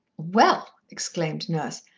well! exclaimed nurse.